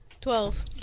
Twelve